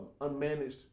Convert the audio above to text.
unmanaged